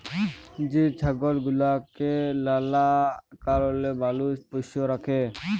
যে ছাগল গুলাকে লালা কারলে মালুষ পষ্য রাখে